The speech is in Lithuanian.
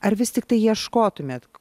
ar vis tiktai ieškotumėt